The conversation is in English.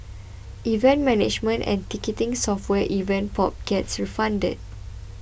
event management and ticketing software Event Pop gets funded